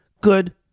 good